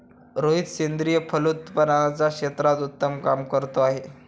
रोहित सेंद्रिय फलोत्पादनाच्या क्षेत्रात उत्तम काम करतो आहे